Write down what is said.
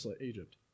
Egypt